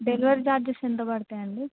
delivery charges ఎంత పడతాయండి